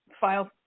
file